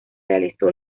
realizó